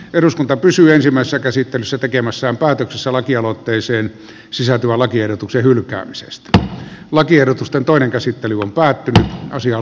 peruskunto päätettiin ensimmäisessä käsittelyssä tekemässään päätöksessä lakialoitteeseen sisältyvän lakiehdotuksen hylkäämisestä lakiehdotusten toinen käsittely päätti asian